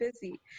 busy